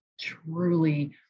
truly